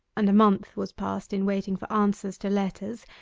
and a month was passed in waiting for answers to letters,